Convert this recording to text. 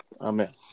Amen